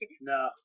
No